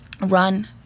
run